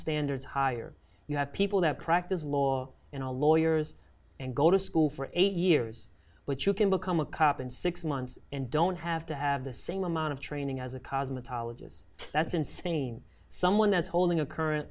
standards higher you have people that practice law in a lawyers and go to school for eight years but you can become a cop in six months and don't have to have the same amount of training as a cosmetologists that's insane someone that's holding a current